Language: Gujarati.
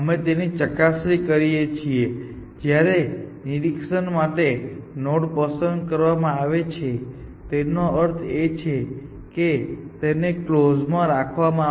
જ્યારે હ્યુરિસ્ટિક ફંક્શન મોનોટોન સ્થિતિ ને સંતુષ્ટ કરે છે ત્યારે અમે તેની ચકાસણી કરી જ્યારે પણ નિરીક્ષણ માટે નોડ પસંદ કરવામાં આવે છે તેનો અર્થ એ છે કે તેને કલોઝ માં રાખવામાં આવ્યો છે